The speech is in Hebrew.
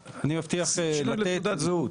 שינוי לתעודת זהות.